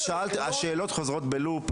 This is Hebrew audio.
השאלות חוזרות בלופ מסוים.